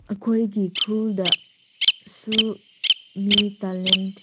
ꯑꯩꯈꯣꯏꯒꯤ ꯈꯨꯜꯗꯁꯨ ꯃꯤ ꯇꯦꯂꯦꯟ